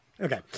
Okay